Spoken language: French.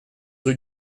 rue